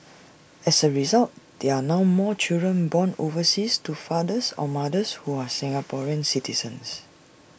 as A result there are now more children born overseas to fathers or mothers who are Singaporean citizens